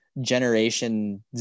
generation